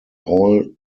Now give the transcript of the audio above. all